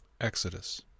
Exodus